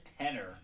penner